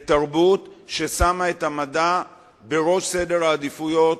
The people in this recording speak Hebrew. בתרבות ששמה את המדע בראש סדר העדיפויות